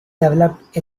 developed